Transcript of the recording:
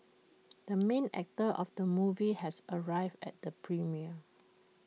the main actor of the movie has arrived at the premiere